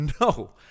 No